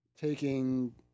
taking